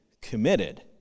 committed